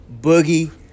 Boogie